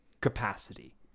capacity